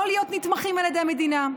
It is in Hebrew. לא להיות נתמכים על ידי המדינה.